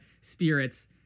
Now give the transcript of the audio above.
spirits